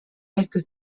quelque